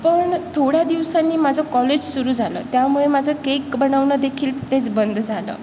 पण थोड्या दिवसानी माझं कॉलेज सुरू झालं त्यामुळे माझं केक बनवणं देखील तिथेच बंद झालं